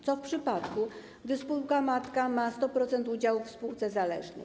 Co w przypadku, gdy spółka matka ma 100% udziału w spółce zależnej?